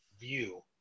view